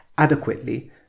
adequately